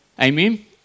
Amen